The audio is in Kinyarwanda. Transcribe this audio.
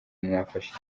mwafashe